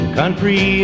country